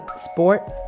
sport